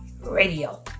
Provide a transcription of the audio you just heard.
Radio